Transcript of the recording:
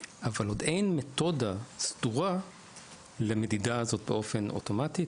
אבל עוד אין מתודה סדורה למדידה הזאת באופן אוטומטי,